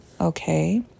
Okay